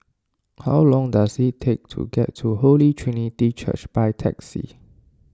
how long does it take to get to Holy Trinity Church by taxi